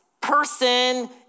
person